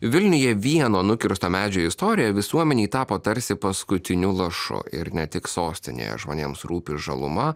vilniuje vieno nukirsto medžio istorija visuomenėj tapo tarsi paskutiniu lašu ir ne tik sostinėje žmonėms rūpi žaluma